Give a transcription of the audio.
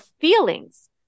feelings